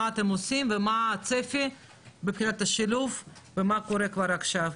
מה אתם עושים ומה הצפי מבחינת השילוב ומה קורה כבר עכשיו.